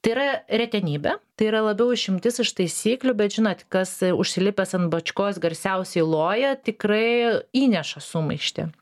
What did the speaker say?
tai yra retenybė tai yra labiau išimtis iš taisyklių bet žinot kas užsilipęs ant bačkos garsiausiai loja tikrai įneša sumaištį